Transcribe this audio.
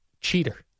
Cheater